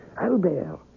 Albert